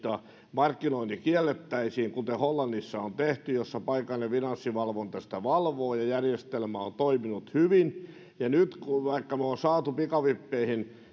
markkinointi kiellettäisiin kuten on tehty hollannissa jossa paikallinen finanssivalvonta sitä valvoo ja järjestelmä on toiminut hyvin vaikka me olemme nyt saaneet pikavippeihin